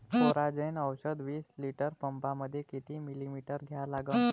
Coragen औषध विस litre पंपामंदी किती मिलीमिटर घ्या लागन?